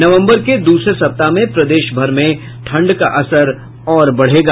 नवम्बर के दूसरे सप्ताह से प्रदेश भर में ठंड का असर और बढ़ेगा